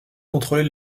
contrôler